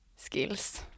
skills